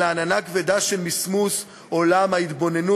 אלא עננה כבדה של מסמוס עולה מההתבוננות